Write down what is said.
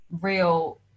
real